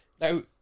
Now